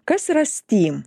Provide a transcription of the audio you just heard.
kas yra stym